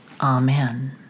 amen